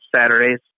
Saturdays